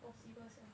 possible sia